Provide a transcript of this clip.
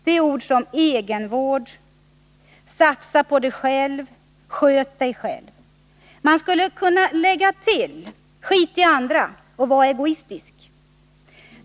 Det är uttryck som egenvård, satsa på dig själv, sköt dig själv. Man skulle kunna lägga till: Strunta i andra och var egoistisk.